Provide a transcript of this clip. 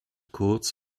kurz